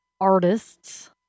artists